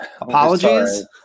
apologies